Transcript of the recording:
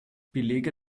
belege